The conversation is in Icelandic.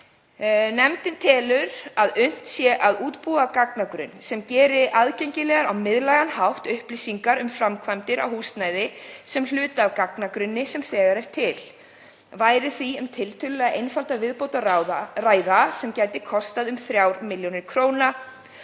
Nefndin telur að unnt sé að útbúa gagnagrunn sem geri aðgengilegar á miðlægan hátt upplýsingar um framkvæmdir á húsnæði sem hluta af gagnagrunni sem þegar er til. Væri því um tiltölulega einfalda viðbót að ræða sem gæti kostað um 3 millj. kr.